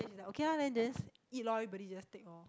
then she says okay lah then just eat loh everybody just take loh